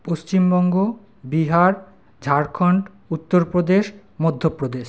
Paschimbanga Bihar Jharkhand Uttar Pradesh Madhya Pradesh